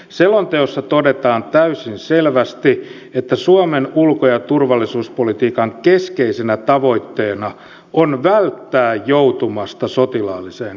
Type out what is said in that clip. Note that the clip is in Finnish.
selonteossa todetaan täysin selvästi että suomen ulko ja turvallisuuspolitiikan keskeisenä tavoitteena on välttää joutumasta sotilaalliseen konfliktiin